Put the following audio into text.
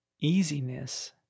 Easiness